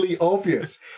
obvious